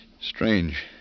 Strange